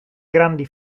grandi